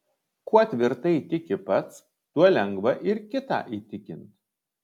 kuo tvirtai tiki pats tuo lengva ir kitą įtikint